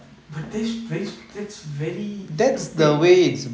but that's very that's very stupid